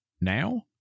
Now